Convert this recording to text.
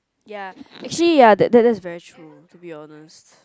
ya actually ya that that's very true to be honest